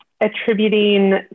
attributing